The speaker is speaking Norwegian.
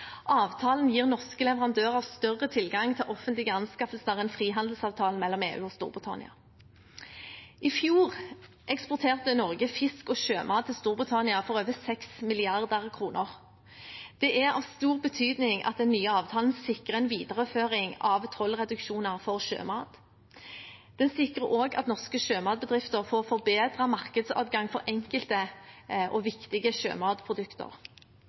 Avtalen gir norske leverandører større tilgang til offentlige anskaffelser enn frihandelsavtalen mellom EU og Storbritannia. I fjor eksporterte Norge fisk og sjømat til Storbritannia for over 6 mrd. kr. Det er av stor betydning at den nye avtalen sikrer en videreføring av tollreduksjoner for sjømat. Den sikrer også at norske sjømatbedrifter får forbedret markedsadgang for enkelte og viktige sjømatprodukter.